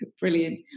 Brilliant